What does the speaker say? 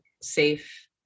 safe